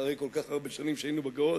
אחרי כל כך הרבה שנים שהיינו בגלות,